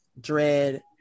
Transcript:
dread